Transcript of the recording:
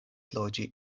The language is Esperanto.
loĝi